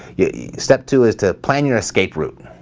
yeah yeah step two is to plan your escape route.